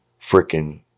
frickin